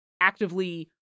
actively